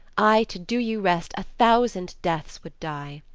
i, to do you rest, a thousand deaths would die.